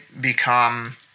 become